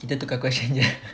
kita tukar question jer ah